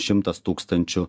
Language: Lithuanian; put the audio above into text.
šimtas tūkstančių